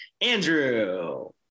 Andrew